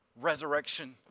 resurrection